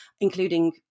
including